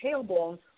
tailbone